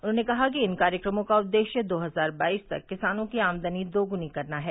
उन्होंने कहा कि इन कार्यक्रमों का उद्देश्य दो हजार बाईस तक किसानों की आमदनी दोगुनी करना है